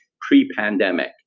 pre-pandemic